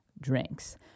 Drinks